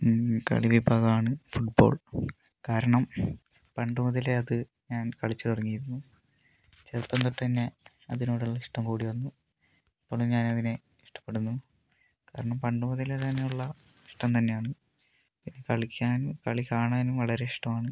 കളി വിഭാഗമാണ് football കാരണം പണ്ട് മുതലേ അത് ഞാൻ കളിച്ച് തുടങ്ങിയിരുന്നു ചെറുപ്പം തൊട്ട് തന്നേ അതിനോടുള്ള ഇഷ്ടം കൂടി വന്നു ഇപ്പോളും ഞാൻ അതിനെ ഇഷ്ടപെടുന്നു കാരണം പണ്ടു മുതലേ തന്നെയുള്ള ഇഷ്ടം തന്നെയാണ് കളിക്കാനും കളി കാണാനും വളരെ ഇഷ്ടമാണ്